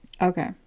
Okay